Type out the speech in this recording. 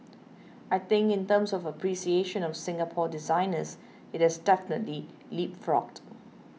I think in terms of appreciation of Singapore designers it has definitely leapfrogged